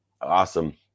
Awesome